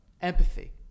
empathy